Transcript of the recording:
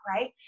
right